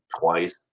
twice